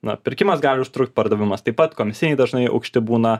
na pirkimas gali užtrukt pardavimas taip pat komisiniai dažnai aukšti būna